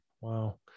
Wow